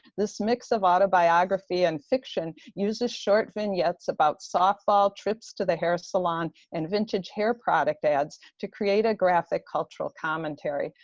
this mix of autobiography and fiction uses short vignettes about softball, trips to the hair salon, and vintage hair product ads to create a graphic cultural commentary.